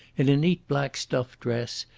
in a neat black stuff dress,